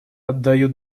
отдаю